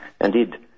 Indeed